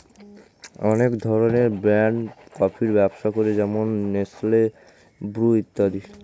অনেক ধরনের ব্র্যান্ড কফির ব্যবসা করে যেমন নেসলে, ব্রু ইত্যাদি